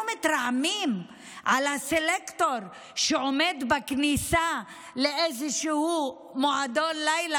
אנחנו מתרעמים על הסלקטור שעומד בכניסה לאיזשהו מועדון לילה